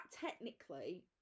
technically